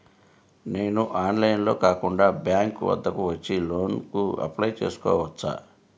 నేను ఆన్లైన్లో కాకుండా బ్యాంక్ వద్దకు వచ్చి లోన్ కు అప్లై చేసుకోవచ్చా?